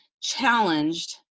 challenged